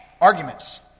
arguments